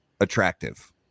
attractive